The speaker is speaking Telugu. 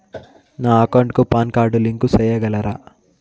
నా అకౌంట్ కు పాన్ కార్డు లింకు సేయగలరా?